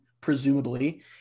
presumably